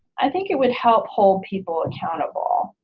i think it would help hold people accountable.